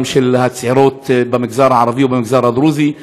של הצעירות במגזר הערבי ובמגזר הדרוזי.